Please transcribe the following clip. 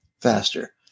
faster